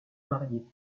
marier